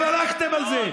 אתם הלכתם על זה.